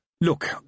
Look